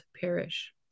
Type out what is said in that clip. perish